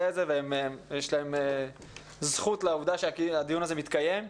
בבקשה לדון בנושא הזה ויש להם זכות על העובדה שהדיון הזה מתקיים.